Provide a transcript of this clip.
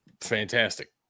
Fantastic